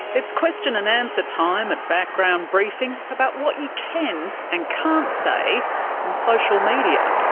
it's question and answer time at background briefing about what you can and can't say on social media.